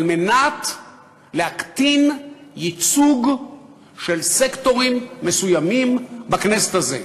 כדי להקטין ייצוג של סקטורים מסוימים בכנסת הזאת.